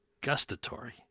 Gustatory